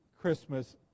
Christmas